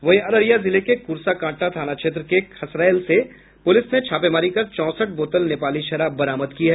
वहीं अररीया जिले के कुर्साकांटा थाना क्षेत्र के खैसरैल से पुलिस ने छापेमारी कर चौसठ बोतल नेपाली शराब बरामद किया है